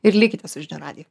ir likite su žinių radiju